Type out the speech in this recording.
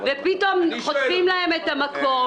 -- ופתאום חוטפים להם את המקום.